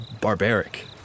barbaric